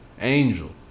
Angel